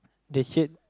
the shirt